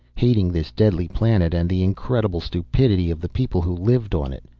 hating this deadly planet and the incredible stupidity of the people who lived on it.